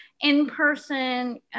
in-person